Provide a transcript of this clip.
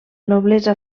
noblesa